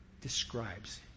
describes